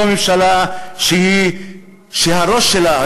זו ממשלה שהראש שלה,